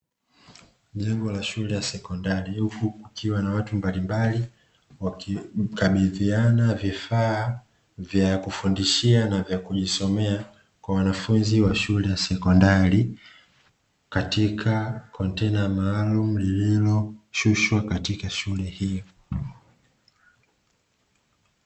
Jengo la shule ya sekondari na huku kukiwa na watu mbalimbali, wakimkabidhiana vifaa vya kufundishia na vya kujisomea kwa wanafunzi wa shule ya sekondari katika kontena maalumu lililoshushwa katika shule hiyo.